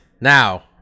Now